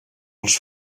els